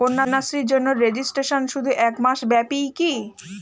কন্যাশ্রীর জন্য রেজিস্ট্রেশন শুধু এক মাস ব্যাপীই কি?